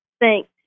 Thanks